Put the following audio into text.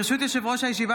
ברשות יושב-ראש הישיבה,